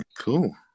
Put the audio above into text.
cool